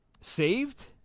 Saved